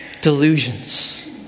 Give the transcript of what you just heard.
delusions